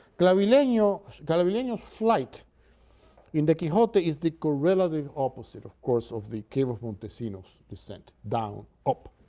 clavileno's clavileno's flight in the quixote is the co-relative opposite, of course, of the cave of montesinos descent down, up,